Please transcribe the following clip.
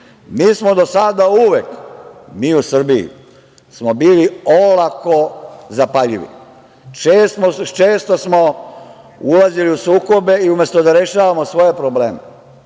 Mi smo do sada uvek, mi u Srbiji smo bili olako zapaljivi. Često smo ulazili u sukobe, i umesto da rešavamo svoje probleme,